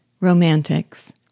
ROMANTICS